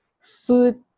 food